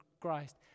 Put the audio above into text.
Christ